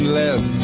less